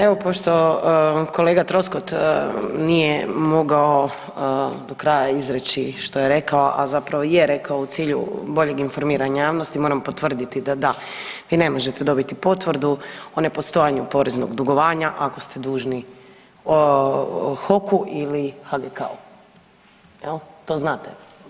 Evo pošto kolega Troskot nije mogao do kraja izreći što je rekao, a zapravo je rekao u cilju boljeg informiranja javnosti, moram potvrditi da da, vi ne možete dobiti potvrdu o nepostojanju poreznog dugovanja ako ste dužni HOK ili HGK-u jel, to znate?